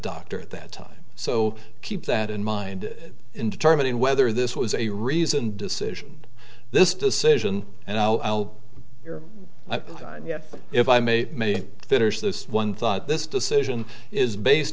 doctor at that time so keep that in mind in determining whether this was a reasoned decision this decision and i'll hear if i may may finish this one thought this decision is based